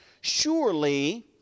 Surely